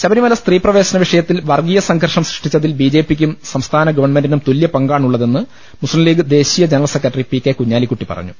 ശബരിമല സ്ത്രീ പ്രവേശന വിഷയത്തിൽ വർഗീയ സംഘർഷം സൃഷ്ടിച്ചതിൽ ബി ജെ പി ക്കും സംസ്ഥാന ഗവൺമെന്റിനും തുല്യ പങ്കാണുള്ളതെന്ന് മുസ്ലീം ലീഗ് ദേശീയ ജനറൽ സെക്രട്ടറി പി കെ കുഞ്ഞാലിക്കുട്ടി പറഞ്ഞു